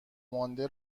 مانده